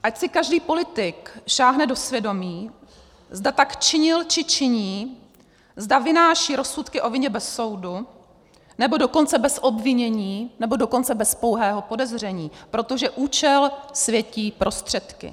Ať si každý politik sáhne do svědomí, zda tak činil či činí, zda vynáší rozsudky o vině bez soudu, nebo dokonce bez obvinění, nebo dokonce bez pouhého podezření, protože účel světí prostředky.